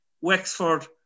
Wexford